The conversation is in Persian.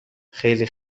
خیلی